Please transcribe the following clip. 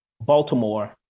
Baltimore